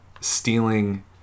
stealing